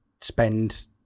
spend